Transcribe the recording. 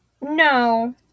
No